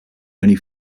only